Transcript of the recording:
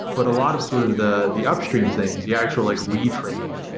but a lot of sort of the the upstream things, the actual like retraining.